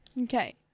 Okay